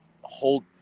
hold